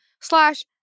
slash